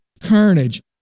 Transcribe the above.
carnage